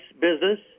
business